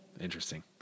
Interesting